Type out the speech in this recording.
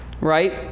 right